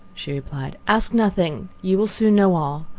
she replied, ask nothing you will soon know all.